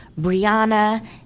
Brianna